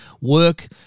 Work